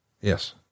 Yes